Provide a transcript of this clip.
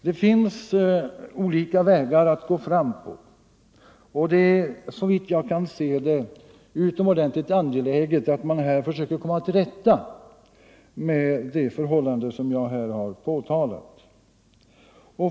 Det finns olika vägar att gå fram på, och det är såvitt jag kan se utomordentligt angeläget att man försöker komma till rätta med de förhållanden som jag påtalat.